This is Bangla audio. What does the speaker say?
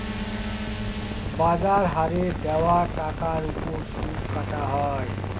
বাজার হারে দেওয়া টাকার ওপর সুদ কাটা হয়